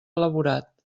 elaborat